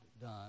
done